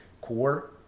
core